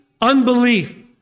unbelief